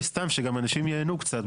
סתם, שגם אנשים ייהנו קצת.